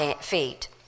feet